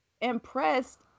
impressed